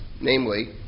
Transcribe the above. namely